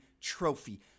Trophy